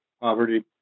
poverty